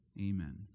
amen